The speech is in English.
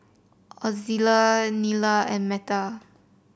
Ozella Nila and Meta